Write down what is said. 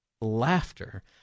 laughter